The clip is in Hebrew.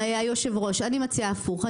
היושב ראש, אני מציעה הפוך.